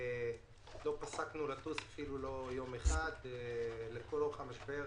לא פסקנו לטוס אפילו לא יום אחד לכל אורך המשבר,